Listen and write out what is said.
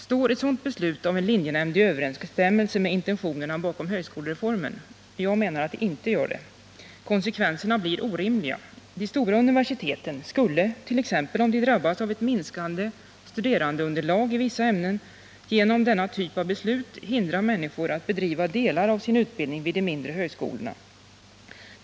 Står ett sådant beslut i överensstämmelse med intentionerna bakom högskolereformen? Jag menar att det inte gör det. Konsekvenserna blir orimliga. De stora universiteten skulle, t.ex. om de drabbas av ett minskat studerandeunderlag i vissa ämnen, genom denna typ av beslut hindra människor från att bedriva delar av sin utbildning vid de mindre högskolorna.